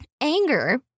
anger